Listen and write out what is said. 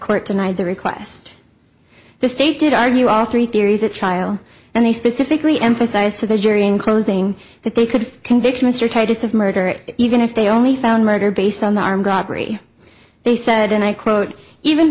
court denied the request the state did argue all three theories at trial and they specifically emphasized to the jury in closing that they could convict mr titus of murder it even if they only found murder based on the armed robbery they said and i quote even